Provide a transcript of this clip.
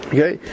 Okay